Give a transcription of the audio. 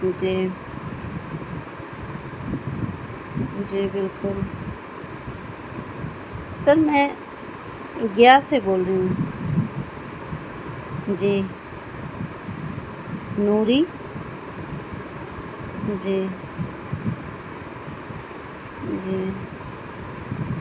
جی بالکل سر میں گیا سے بول رہی ہوں جی نوری جی جی